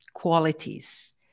Qualities